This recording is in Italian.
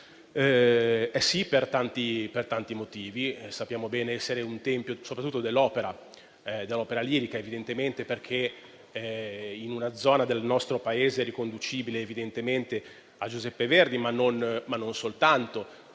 è sì per tanti motivi. Sappiamo bene essere, questo teatro, un tempio soprattutto dell'opera lirica, trovandosi in una zona del nostro Paese riconducibile evidentemente a Giuseppe Verdi, ma non soltanto.